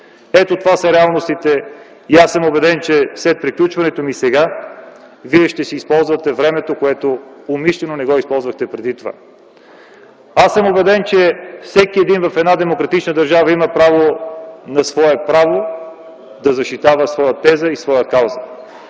Това са реалностите. Убеден съм, че след приключването ми сега вие ще използвате времето, което умишлено не използвахте преди това. Убеден съм, че всеки един в една демократична държава има право да защитава своя теза и своя кауза.